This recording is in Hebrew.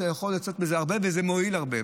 אתה יכול לצאת מזה הרבה וזה מועיל הרבה.